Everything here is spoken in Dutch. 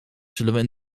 zullen